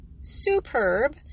superb